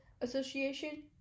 Association